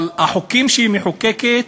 אבל החוקים שהיא מחוקקת,